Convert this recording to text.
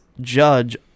judge